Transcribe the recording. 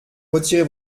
retirer